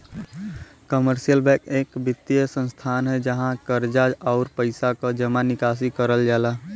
commercial bank एक वित्तीय संस्थान हौ जहाँ कर्जा, आउर पइसा क जमा निकासी करल जाला